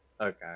Okay